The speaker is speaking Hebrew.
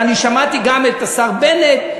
ואני שמעתי גם את השר בנט,